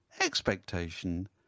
expectation